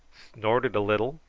snorted a little,